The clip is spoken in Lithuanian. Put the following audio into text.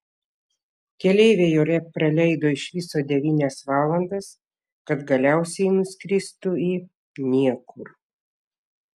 keleiviai ore praleido iš viso devynias valandas kad galiausiai nuskristų į niekur